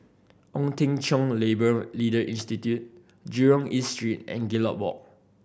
Ong Teng Cheong Labour Leader Institute Jurong East Street and Gallop Walk